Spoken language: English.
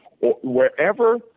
Wherever